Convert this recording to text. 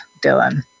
Dylan